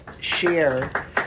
share